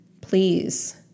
please